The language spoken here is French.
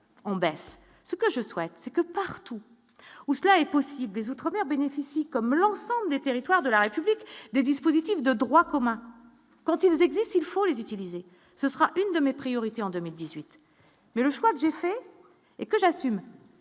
ce que je souhaite c'est que partout où cela est possible, les Outre-Mer bénéficient, comme l'ensemble des territoires de la République des dispositifs de droit commun, quand ils existent, il faut les utiliser, ce sera une de mes priorités en 2018, mais le choix que j'ai fait et que j'assume